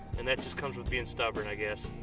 and that just comes with being stubborn, i guess.